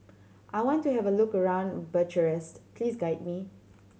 I want to have a look around Bucharest please guide me